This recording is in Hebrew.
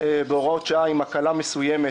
יש לנו הוראות שעה עם הקלה מסוימת,